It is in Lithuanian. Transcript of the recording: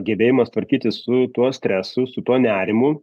gebėjimas tvarkytis su tuo stresu su tuo nerimu